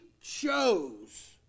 chose